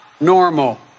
normal